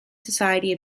society